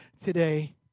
today